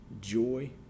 joy